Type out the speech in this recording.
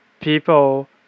people